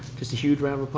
just a huge round